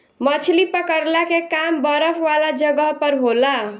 मछली पकड़ला के काम बरफ वाला जगह पर होला